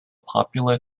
popular